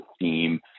theme